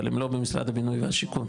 אבל הם לא במשרד הבינוי והשיכון.